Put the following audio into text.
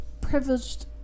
privileged